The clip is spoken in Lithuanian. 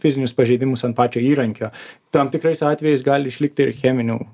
fizinius pažeidimus ant pačio įrankio tam tikrais atvejais gali išlikti ir cheminių